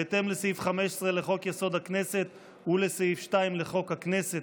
בהתאם לסעיף 15 לחוק-יסוד: הכנסת ולסעיף 2 לחוק הכנסת,